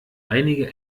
einige